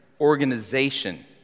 organization